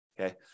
Okay